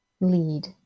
lead